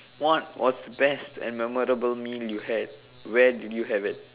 what was the best and memorable meal you had where did you have it